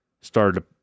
started